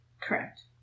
Correct